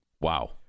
wow